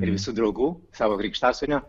ir visų draugų savo krikštasūnio